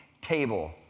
table